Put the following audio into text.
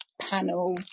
panel